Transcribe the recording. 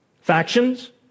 Factions